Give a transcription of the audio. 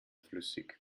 flüssig